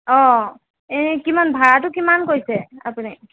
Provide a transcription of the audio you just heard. অঁ এই কিমান ভাড়াটো কিমান কৈছে আপুনি